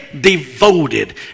devoted